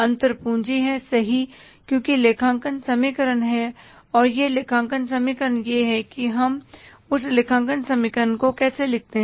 अंतर पूँजी हैसही क्योंकि लेखांकन समीकरण है और यह लेखांकन समीकरण यह है कि हम उस लेखांकन समीकरण को कैसे लिखते हैं